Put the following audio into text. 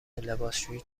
لباسشویی